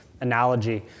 analogy